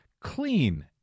clean